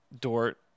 Dort